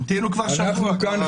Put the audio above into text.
המתינו כבר שבוע.